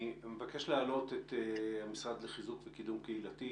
אני מבקש להעלות את המשרד לחיזוק וקידום קהילתי,